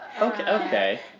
okay